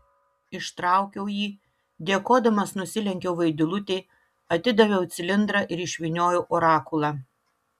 ištraukiau jį dėkodamas nusilenkiau vaidilutei atidaviau cilindrą ir išvyniojau orakulą